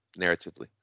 narratively